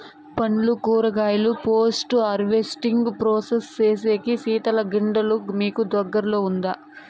పండ్లు కూరగాయలు post harvesting process సేసేకి శీతల గిడ్డంగులు మీకు దగ్గర్లో ఉందా?